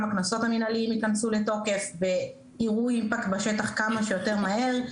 גם הקנסות המנהליים יכנסו לתוקף ויראו אימפקט בשטח כמה שיותר מהר,